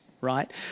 right